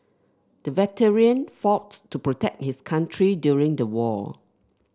the veteran fought to protect his country during the war